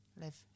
live